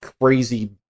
crazy